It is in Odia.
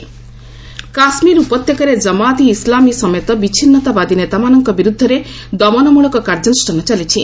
କାଶ୍ମୀର ସିଚୁଏସନ୍ କାଶ୍ମୀର ଉପତ୍ୟକାରେ ଜମାତ ଇ ଇସ୍ଲାମି ସମେତ ବିଚ୍ଛିନ୍ନତାବାଦୀ ନେତାମାନଙ୍କ ବିରୁଦ୍ଧରେ ଦମନମୂଳକ କାର୍ଯ୍ୟାନୁଷ୍ଠାନ ଚାଲିଛି